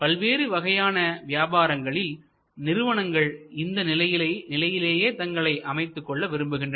பல்வேறு வகையான வியாபாரங்களில் நிறுவனங்கள் இந்த நிலையிலேயே தங்களை அமைத்துக் கொள்ள விரும்புகின்றன